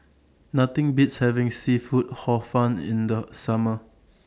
Nothing Beats having Seafood Hor Fun in The Summer